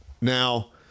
Now